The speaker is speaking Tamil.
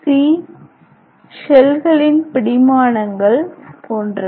இ ஷெல்களின் பிடிமானங்கள் போன்றவை